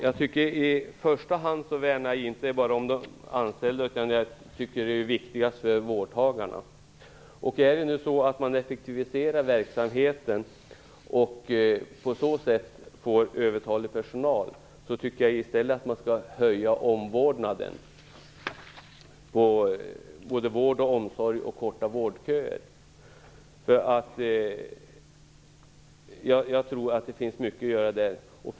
Fru talman! Jag värnar inte bara om de anställda, utan den viktigaste gruppen tycker jag är vårdtagarna. Om man effektiviserar verksamheten och på så sätt får övertalig personal tycker jag att man i stället skall höja nivån på omvårdnaden vad gäller både vård och omsorg och korta vårdköerna. Jag tror att det finns mycket att göra i det sammanhanget.